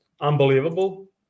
unbelievable